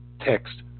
text